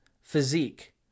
physique